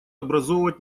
образовывать